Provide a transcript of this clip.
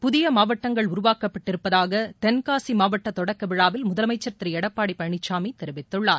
புதியமாவட்டங்கள் உருவாக்கப்பட்டிருப்பதாகதென்காசிமாவட்டதொடக்கவிழாவில் முதலமைச்சர் திருஎடப்பாடிபழனிசாமிதெரிவித்துள்ளார்